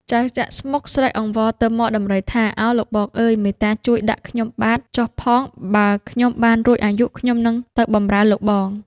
ចៅ ចាក់ស្មុគ ស្រែកអង្វរទៅហ្មដំរីថា “ឱលោកបងអើយ មេត្តាជួយដាក់ខ្ញុំបាទ ចុះផង បើខ្ញុំបានរួចអាយុ ខ្ញុំនឹងទៅបំរើលោកបង”។